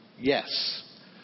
yes